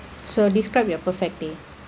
so describe your perfect day